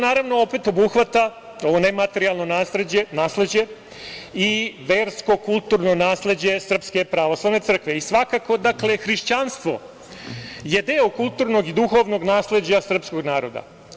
Naravno, to opet obuhvata ovo nematerijalno nasleđe i versko-kulturno nasleđe Srpske pravoslavne crkve i svakako je hrišćanstvo deo kulturnog i duhovnog nasleđa srpskog naroda.